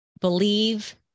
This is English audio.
believe